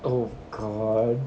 oh god